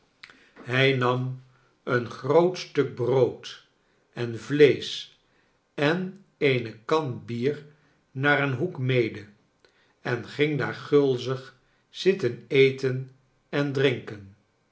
hij nam een groot stuk brood en vleesch en eene kan bier naar een hoek mede en ging daar gulzig zitten eten en drinken